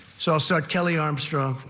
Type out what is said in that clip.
so so kelly armstrong,